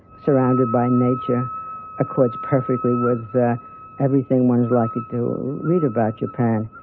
surrounded by nature accords perfectly with everything one is likely to read about japan,